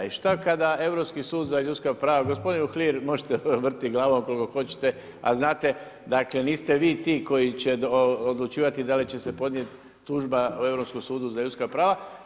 I šta kada Europski sud za ljudska prava, gospodin Uhlir, možete vrtjeti glavom koliko hoćete ali znate dakle niste vi ti koji će odlučivati da li će se podnijeti tužba Europskom sudu za ljudska prava.